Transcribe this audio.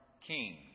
king